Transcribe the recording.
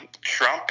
Trump